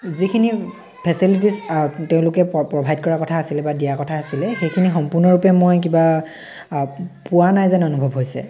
যিখিনি ফেচেটিলিটিজ তেওঁলোকে প্ৰভাইড কৰাৰ কথা আছিলে বা দিয়াৰ কথা আছিলে সেইখিনি সম্পূৰ্ণৰূপে মই কিবা পোৱা নাই যেন অনুভৱ হৈছে